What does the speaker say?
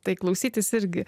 tai klausytis irgi